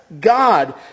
God